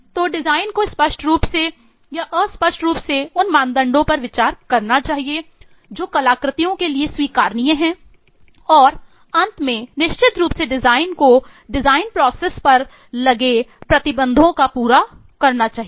तो डिजाइन को स्पष्ट रूप से या अस्पष्ट रूप से उन मानदंडों पर विचार करना चाहिए जो कलाकृतियों के लिए स्वीकारनिय हैं और अंत में निश्चित रूप से डिजाइन को डिजाइन प्रोसेस पर लगे प्रतिबंधों को पूरा करना चाहिए